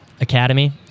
Academy